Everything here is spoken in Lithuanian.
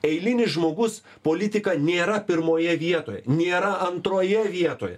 eilinis žmogus politika nėra pirmoje vietoje nėra antroje vietoje